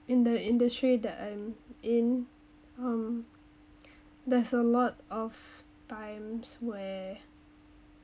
in the industry that I'm in um there's a lot of times where